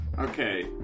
Okay